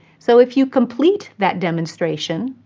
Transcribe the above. so if you complete that demonstration,